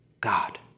God